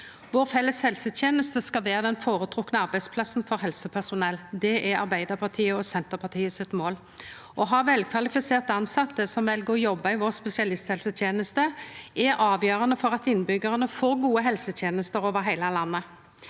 Vår felles helseteneste skal vera den føretrekte arbeidsplassen for helsepersonell. Det er Arbeidarpartiet og Senterpartiet sitt mål. Å ha velkvalifiserte tilsette som vel å jobba i vår spesialisthelseteneste, er avgjerande for at innbyggjarane skal få gode helsetenester over heile landet.